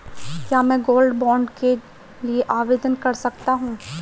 क्या मैं gold bond के लिए आवेदन कर सकता हूं?